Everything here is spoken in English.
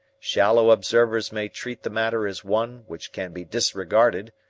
shallow observers may treat the matter as one which can be disregarded,